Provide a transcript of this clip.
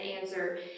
answer